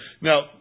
now